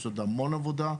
יש עוד המון עבודה.